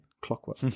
clockwork